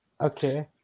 Okay